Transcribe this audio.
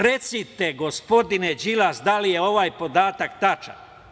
Recite gospodine Đilas, da li je ovaj podatak tačan?